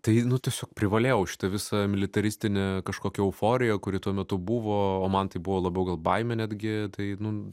tai tiesiog privalėjau šitą visą militaristinę kažkokią euforiją kuri tuo metu buvo o man tai buvo labiau gal baimė netgi tai nu